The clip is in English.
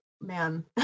man